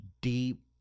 deep